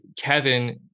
Kevin